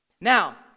Now